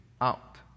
out